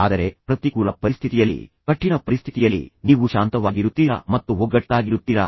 ಆದರೆ ಪ್ರತಿಕೂಲ ಪರಿಸ್ಥಿತಿಯಲ್ಲಿ ಕಠಿಣ ಪರಿಸ್ಥಿತಿಯಲ್ಲಿ ನೀವು ಶಾಂತವಾಗಿರುತ್ತೀರಾ ಮತ್ತು ಒಗ್ಗಟ್ಟಾಗಿರುತ್ತೀರಾ